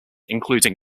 including